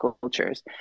cultures